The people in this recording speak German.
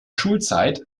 schulzeit